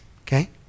okay